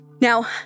Now